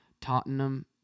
Tottenham